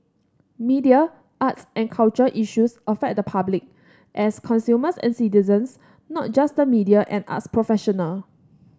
media arts and culture issues affect the public as consumers and citizens not just the media and arts professional